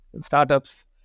startups